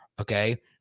okay